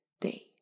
day